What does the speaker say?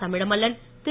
Tamizhamallan Thiru